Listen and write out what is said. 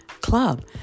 club